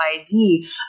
ID